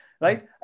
right